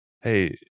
Hey